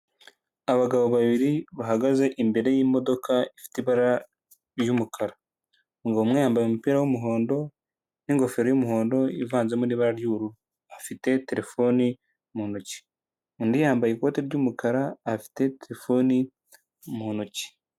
Abagabo babiri bahagaze imbere y'imodoka ifite ibara ry'umukara, umugabo umwe yambaye umupira w'umuhondo n'ingofero y'umuhondo ivanzemo ibara ry'ubururu, afite telefone mu ntoki, undi yambaye ikoti ry'umukara afite telefone mu ntoki.